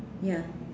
ya